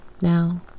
Now